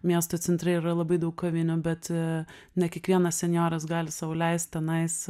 miesto centre yra labai daug kavinių bet ne kiekvienas senjoras gali sau leist tenais